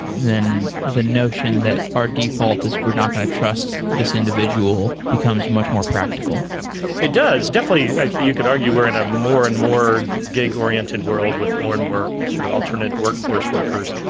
then the notion that our default is we're not going to trust this individual becomes much more practical it does. definitely you could argue we're in a more and more gig-oriented world with more and more sort of alternate workforce workers.